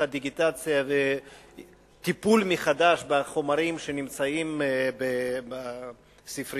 הדיגיטציה וטיפול מחדש בחומרים שנמצאים בספרייה,